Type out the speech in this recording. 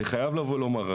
אני חייב לבוא ולומר,